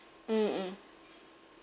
mm mm